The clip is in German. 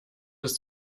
ist